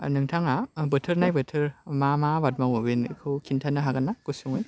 नोंथाङा बोथोर नाय बोथोर मा मा आबाद मावो बेनिखौ खिन्थानो हागोन ना गुसुङै